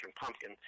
pumpkin